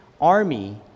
army